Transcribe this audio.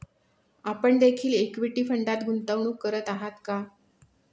आपण देखील इक्विटी फंडात गुंतवणूक करत आहात का?